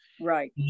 Right